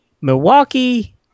Milwaukee